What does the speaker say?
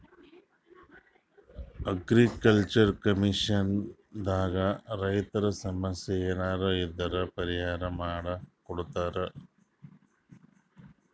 agriculture communication ದಾಗ್ ರೈತರ್ ಸಮಸ್ಯ ಏನರೇ ಇದ್ರ್ ಪರಿಹಾರ್ ಮಾಡ್ ಕೊಡ್ತದ್